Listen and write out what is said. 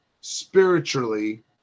spiritually